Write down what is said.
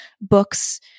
books